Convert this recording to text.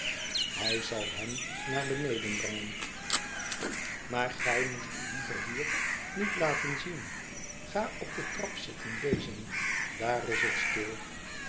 hij zal hem naar beneden brengen maar gij moest u liever hier niet laten zien ga op de trap zitten lezen daar is het stil